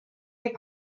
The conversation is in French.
les